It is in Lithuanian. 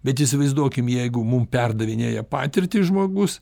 bet įsivaizduokim jeigu mum perdavinėja patirtį žmogus